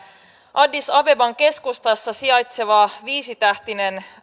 addis abeban keskustassa sijaitseva viisitähtinen